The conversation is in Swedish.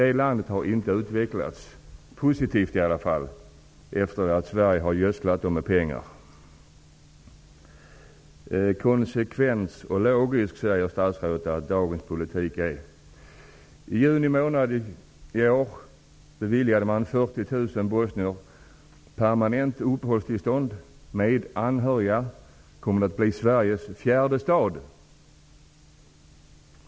Det landet har inte utvecklats -- i varje fall inte positivt -- efter det att Sverige har gödslat med pengar där. Konsekvent och logisk säger statsrådet att dagens politik är. I juni månad i år beviljade man 40 000 bosnier permanent uppehållstillstånd. Med anhöriga kommer de att bli lika många som antalet invånare i Sveriges fjärde stad.